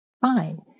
fine